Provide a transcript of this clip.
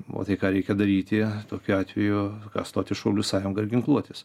o tai ką reikia daryti tokiu atveju ką stoti į šaulių sąjungą ir ginkluotis